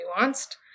nuanced